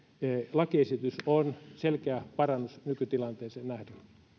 lakiesitys on selkeä parannus nykytilanteeseen nähden